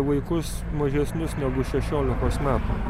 vaikus mažesnius negu šešiolikos metų